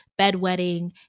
bedwetting